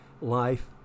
life